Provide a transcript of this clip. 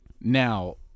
Now